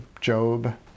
Job